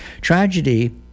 tragedy